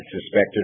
suspected